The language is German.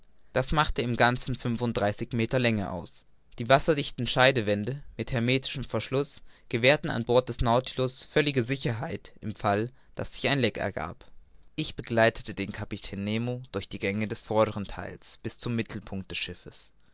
das machte im ganzen fünfunddreißig meter länge aus die wasserdichten scheidewände mit hermetischem verschluß gewährten an bord des nautilus völlige sicherheit im fall ein leck sich ergab ich begleitete den kapitän nemo durch die gänge des vordern theils bis zum mittelpunkt des schiffs